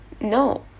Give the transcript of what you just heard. No